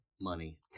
Money